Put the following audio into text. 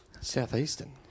Southeastern